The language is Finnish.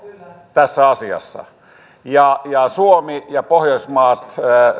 tässä asiassa suomi ja pohjoismaat